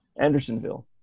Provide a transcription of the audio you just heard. Andersonville